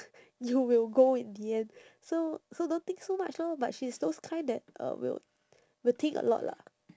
you will go in the end so so don't think so much lor but she's those kind that uh will will think a lot lah